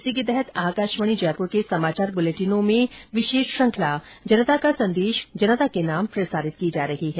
इसी के तहत आकाशवाणी जयपुर के समाचार बुलेटिनों में प्रसारित की जा रही विशेष श्रुखंला जनता का संदेश जनता के नाम प्रसारित की जा रही है